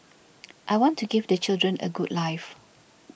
I want to give the children a good life